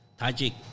Tajik